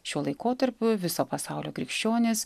šiuo laikotarpiu viso pasaulio krikščionys